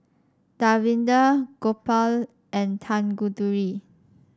Davinder Gopal and Tanguturi